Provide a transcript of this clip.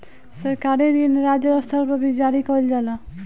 सरकारी ऋण राज्य स्तर पर भी जारी कईल जाला